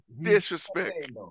Disrespect